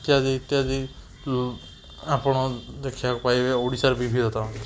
ଇତ୍ୟାଦି ଇତ୍ୟାଦି ଆପଣ ଦେଖିବାକୁ ପାଇବେ ଓଡ଼ିଶାର ବିବିଧତା